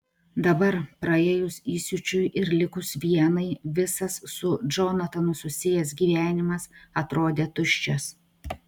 dabar praėjus įsiūčiui ir likus vienai visas su džonatanu susijęs gyvenimas atrodė tuščias